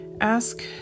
Ask